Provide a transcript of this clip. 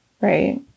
Right